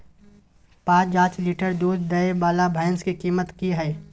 प जॉंच लीटर दूध दैय वाला भैंस के कीमत की हय?